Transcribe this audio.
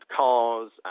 cars